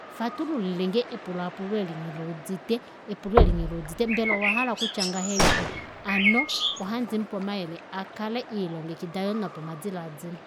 Fatulilenge epulalaapulo eli nghiluudite epulo eli nghiluudite mbela owahala okutya hano ohandimupe omayele akale ilongekida yoo nopamadilaadilo